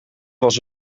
was